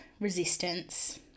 resistance